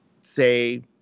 say